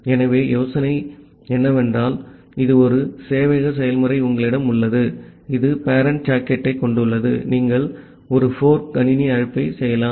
ஆகவே யோசனை இது போன்ற ஒரு சேவையக செயல்முறை உங்களிடம் உள்ளது இது பேரெண்ட் சாக்கெட்டைக் கொண்டுள்ளது நீங்கள் ஒரு fork கணினி அழைப்பை செய்யலாம்